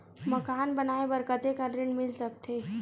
मकान बनाये बर कतेकन ऋण मिल सकथे?